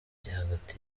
hagati